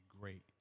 great